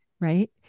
right